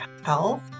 health